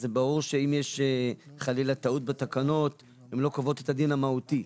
אז זה ברור שאם יש חלילה טעות בתקנות הן לא קובעות את הדין המהותי.